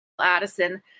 Addison